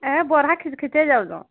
ଏ ବରା ଖାଇ ଖାଇ ଯାଉଛ